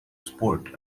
sport